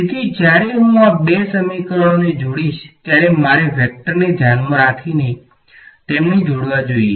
તેથી જ્યારે હું આ બે સમીકરણોને જોડીશ ત્યારે મારે વેક્ટરને ધ્યાનમાં રાખીને તેમને જોડવા જોઈએ